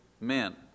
men